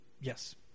Yes